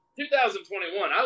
2021